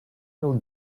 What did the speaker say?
will